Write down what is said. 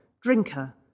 drinker